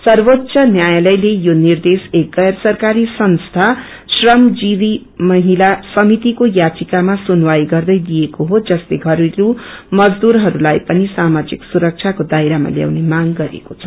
सर्वोच्च न्यायलयले यो निर्देश एक गैर सरकारी संस्था श्रमजीवी महिला समितिको याविकामा सुनवाई गर्दै दिएको को जसले घरेलु मजदूरहस्लाई पनि सामाजिक सुरक्षाको दायरामा ल्याउने माँग गरेको छ